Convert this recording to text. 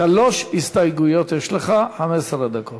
שלוש הסתייגויות יש לך, 15 דקות.